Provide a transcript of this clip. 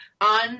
on